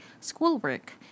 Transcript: schoolwork